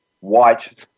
white